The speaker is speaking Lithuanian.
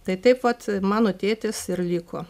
tai taip vat mano tėtis ir liko